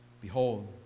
Behold